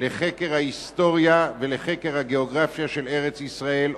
לחקר ההיסטוריה ולחקר הגיאוגרפיה של ארץ-ישראל,